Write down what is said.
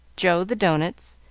joe the doughnuts,